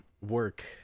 work